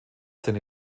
seine